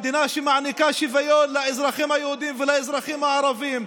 מדינה שמעניקה שוויון לאזרחים היהודים ולאזרחים הערבים,